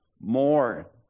more